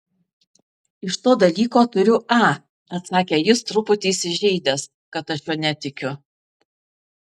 iš to dalyko turiu a atsakė jis truputį įsižeidęs kad aš juo netikiu